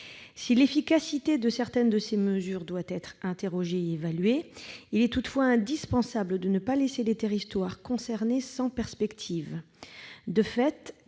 Si l'efficacité de certains de ces dispositifs doit être interrogée et évaluée, il est toutefois indispensable de ne pas laisser les territoires concernés sans perspective. De fait,